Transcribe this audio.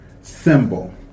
symbol